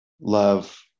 Love